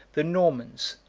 the normans,